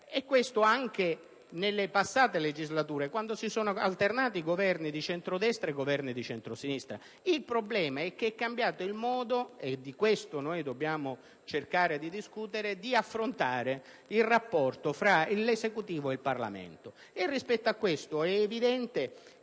riguarda anche le passate legislature, quando si sono alternati Governi di centrodestra e Governi di centrosinistra. Il problema è che è cambiato il modo - di questo dobbiamo cercare di discutere - di affrontare il rapporto fra l'Esecutivo e il Parlamento ed è evidente